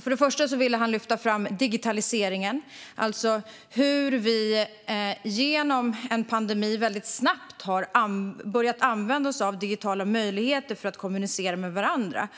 För det första ville han lyfta fram digitaliseringen, alltså hur vi på grund av pandemin väldigt snabbt har börjat använda oss av digitala möjligheter för att kommunicera med varandra.